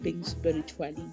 spiritually